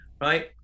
Right